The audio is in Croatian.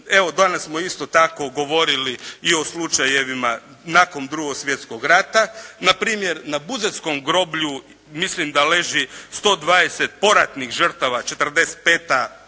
Evo danas smo isto tako govorili i o slučajevima nakon 2. svjetskog rata. Na primjer na buzetskom groblju mislim da leži 120 poratnih žrtava, kraj